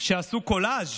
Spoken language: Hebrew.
שעשו קולאז'